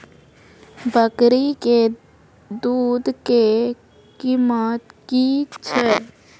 बकरी के दूध के कीमत की छै?